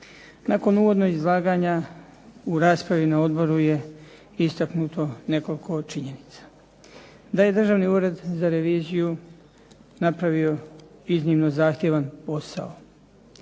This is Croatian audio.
Nakon uvodnog izlaganja u raspravi na odboru je istaknuto nekoliko činjenica. Da je Državni ured za reviziju napravio iznimno zahtjevan posao,